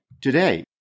today